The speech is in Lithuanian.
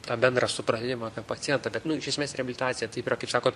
tą bendrą supratimą apie pacientą bet nu iš esmės reabilitacija taip yra kaip sakot